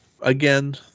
again